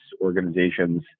organizations